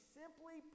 simply